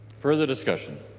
further discussion?